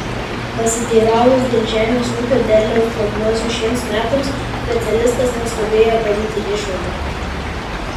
pasiteiravus dėl žemės ūkio derliaus prognozių šiems metams specialistas neskubėjo daryti išvadų